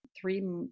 three